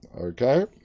okay